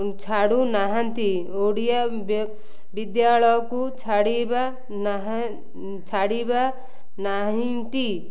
ଛାଡ଼ୁ ନାହାନ୍ତି ଓଡ଼ିଆ ବିଦ୍ୟାଳୟକୁ ଛାଡ଼ିବା ଛାଡ଼ିବା ନାହାଁନ୍ତି